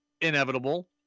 inevitable